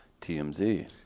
TMZ